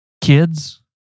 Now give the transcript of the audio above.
kids